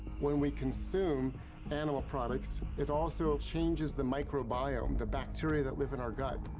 when we consume animal products, it also changes the microbiome, the bacteria that live in our gut.